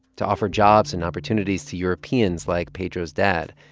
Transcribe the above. to offer jobs and opportunities to europeans like pedro's dad.